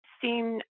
seen